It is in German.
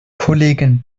kollegin